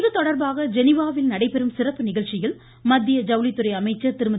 இது தொடர்பாக ஜெனிவாவில் நடைபெறும் சிறப்பு நிகழ்ச்சியில் மத்திய ஜவுளித்துறை அமைச்சர் திருமதி